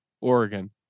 Oregon